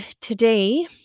today